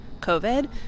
COVID